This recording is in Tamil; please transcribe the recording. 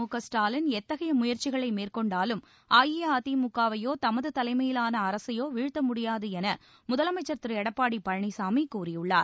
மு க ஸ்டாலின் எத்தகைய முயற்சிகளை மேற்கொண்டாலும் அஇஅதிமுகவையோ தமது தலைமையிவான அரசையோ வீழ்த்த முடியாது என முதலமைச்சர் திரு எடப்பாடி பழனிசாமி கூறியுள்ளார்